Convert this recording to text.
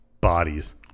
Bodies